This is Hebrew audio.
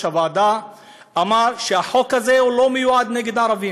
הוועדה אמר שהחוק הזה לא מיועד לערבים,